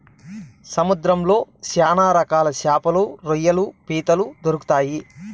సముద్రంలో శ్యాన రకాల శాపలు, రొయ్యలు, పీతలు దొరుకుతాయి